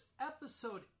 episode